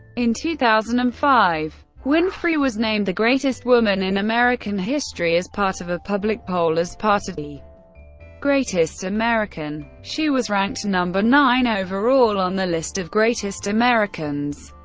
in two thousand and five, winfrey was named the greatest woman in american history as part of a public poll as part of the greatest american. she was ranked no. nine overall on the list of greatest americans.